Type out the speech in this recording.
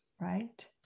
right